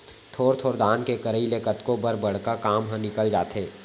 थोर थोर दान के करई ले कतको बर बड़का काम ह निकल जाथे